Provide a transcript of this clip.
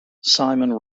simon